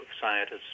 scientists